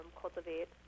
cultivate